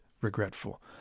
regretful